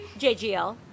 JGL